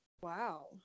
Wow